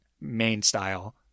main-style